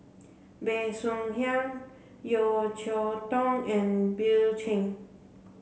Bey Soo Khiang Yeo Cheow Tong and Bill Chen